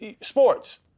sports